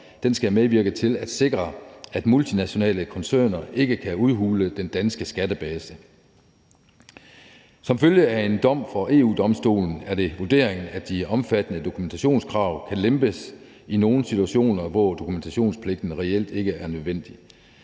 Den skal medvirke til at sikre, at multinationale koncerner ikke kan udhule den danske skattebase. Som følge af en dom fra EU-Domstolen er det vurderingen, at de omfattende dokumentationskrav kan lempes i nogle situationer, hvor dokumentationspligten reelt ikke er nødvendig.